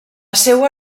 seua